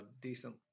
decent